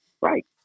Right